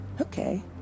Okay